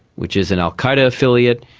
which is an al qaeda affiliate,